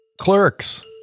Clerks